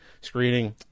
screening